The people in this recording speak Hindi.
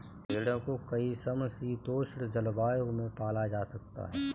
भेड़ को कई समशीतोष्ण जलवायु में पाला जा सकता है